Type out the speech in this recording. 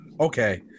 Okay